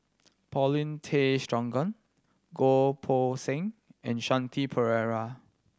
Paulin Tay Straughan Goh Poh Seng and Shanti Pereira